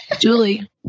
Julie